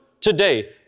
today